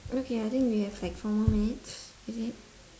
okay I think we have like four more minutes is it